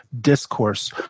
discourse